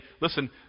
listen